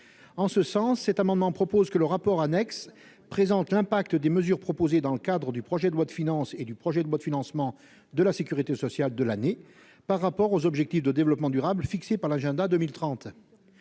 en ce sens, cet amendement propose que le rapport annexe présente l'impact des mesures proposées dans le cadre du projet de loi de finances et du projet de bois de financement de la Sécurité sociale de l'année par rapport aux objectifs de développement durable fixés par l'agenda 2030,